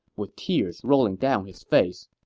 with tears rolling down his face,